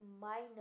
Minus